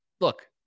look